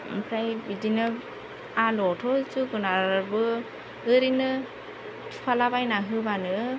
ओमफ्राय बिदिनो आलुवावथ' जोगोनारबो ओरैनो थुफाला बायना होब्लानो